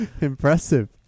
Impressive